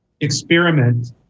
experiment